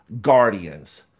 guardians